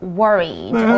worried